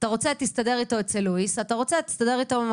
אתה רוצה תסתדר איתו אצל לואיס,